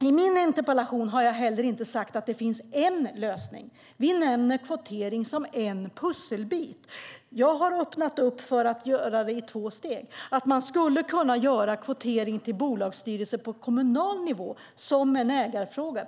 I min interpellation har jag heller inte sagt att det finns en lösning. Vi nämner kvotering som en pusselbit. Jag har öppnat för att göra det i två steg, att man skulle kunna göra kvotering till bolagsstyrelser på kommunal nivå som en ägarfråga.